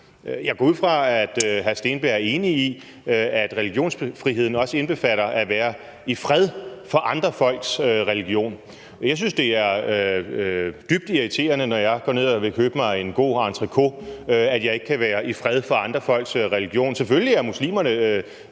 Jeg går ud fra, at hr. Steenberg er enig i, at religionsfriheden også indbefatter at være i fred for andre folks religion. Jeg synes, det er dybt irriterende, at jeg, når jeg går ned og vil købe mig en god entrecote, ikke kan være i fred for andre folks religion.